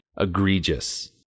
egregious